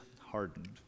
hardened